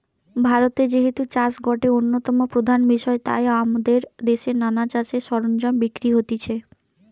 ভারতে যেহেতু চাষ গটে অন্যতম প্রধান বিষয় তাই আমদের দেশে নানা চাষের সরঞ্জাম বিক্রি হতিছে